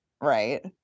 right